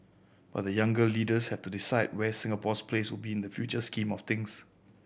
but the younger leaders have to decide where Singapore's place will be in this future scheme of things